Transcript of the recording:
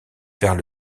vers